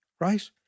right